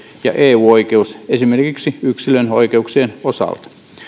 ja eu oikeus esimerkiksi yksilön oikeuksien osalta